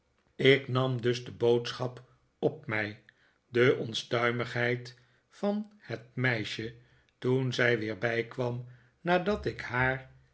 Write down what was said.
ik nam dus de boodschap op mij de onstuimigheid van het meisje toen zij weer bijkwam nadat ik haar